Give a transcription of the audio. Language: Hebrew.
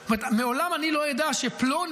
מעולם אני לא אדע שפלוני,